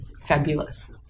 fabulous